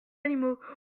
animaux